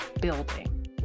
building